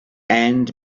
and